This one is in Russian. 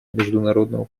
международного